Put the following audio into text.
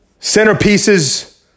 centerpieces